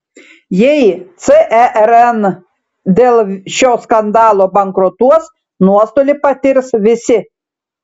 jei cern dėl šio skandalo bankrutuos nuostolį patirs visi